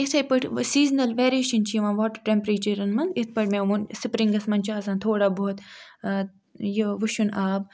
یِتھٕے پٲٹھۍ seasonal variation چھِ یِوان واٹَر ٹیٚمپریچَرَن مَنٛز یِتھٕ پٲٹھۍ مےٚ ووٚن سُپرِنٛگَس مَنٛز چھِ آسان تھوڑا بہت یہِ وُشُن آب